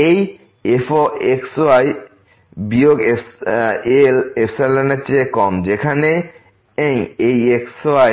এই f x y বিয়োগ L এপসিলনের চেয়ে কম যেখানেই এই x y